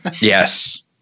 Yes